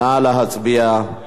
נא להצביע.